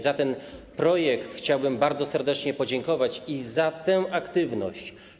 Za ten projekt chciałbym bardzo serdecznie podziękować, a także za tę aktywność.